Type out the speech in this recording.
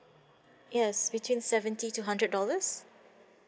yes between seventy to hundred dollars